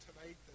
tonight